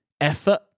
effort